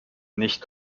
nicht